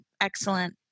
excellent